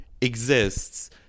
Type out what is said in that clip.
exists